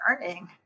learning